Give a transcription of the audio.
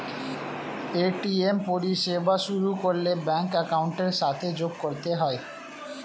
ATM পরিষেবা শুরু করলে ব্যাঙ্ক অ্যাকাউন্টের সাথে যোগ করতে হয়